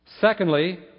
Secondly